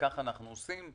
וכך אנו עושים,